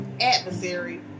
adversary